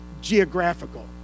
geographical